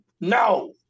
No